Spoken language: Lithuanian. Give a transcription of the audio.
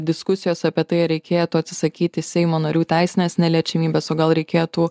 diskusijos apie tai reikėtų atsisakyti seimo narių teisinės neliečiamybės o gal reikėtų